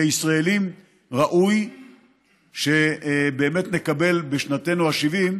כישראלים, ראוי באמת שנקבל בשנתנו ה-70.